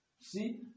see